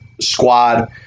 squad